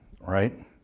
Right